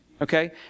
Okay